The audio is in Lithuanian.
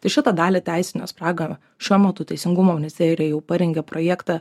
tai šitą dalį teisinos pragaro šiuo metu teisingumo ministerija jau parengė projektą